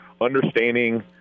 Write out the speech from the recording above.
understanding